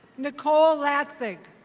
nicole latsik.